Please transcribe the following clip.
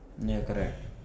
ya correct